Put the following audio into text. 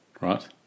Right